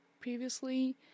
previously